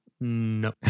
no